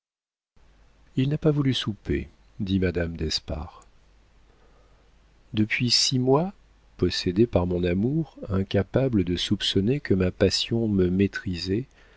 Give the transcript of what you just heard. il n'a pas voulu souper dit madame d'espard depuis six mois possédé par mon amour incapable de soupçonner que ma passion me maîtrisait